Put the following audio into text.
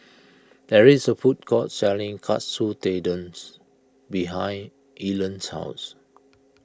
there is a food court selling Katsu Tendon's behind Erland's house